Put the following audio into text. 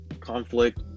conflict